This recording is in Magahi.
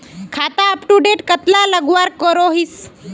खाता अपटूडेट कतला लगवार करोहीस?